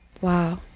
Wow